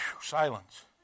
Silence